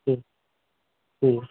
হ্যাঁ ঠিক আছে